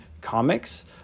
comics